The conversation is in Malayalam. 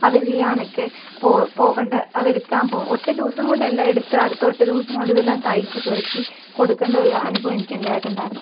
അത് ചെയ്യാനൊക്കെ പോ പോകേണ്ട അത് എടുക്കാൻ പോ ഒറ്റ ദിവസം കൊണ്ട് എല്ലാം എടുത്ത് അടുത്ത ഒറ്റ ദിവസം കൊണ്ടു തന്നെ ഇതെല്ലാം തയ്ച്ചു പെറുക്കി കൊടുക്കേണ്ട ഒരു അനുഭവം എനിക്ക് ഉണ്ടായിട്ടുണ്ടായിരുന്നു